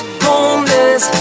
homeless